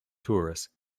tourists